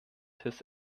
his